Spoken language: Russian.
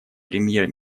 премьер